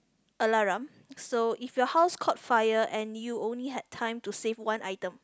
alarum so if your house caught fire and you only had time to save one item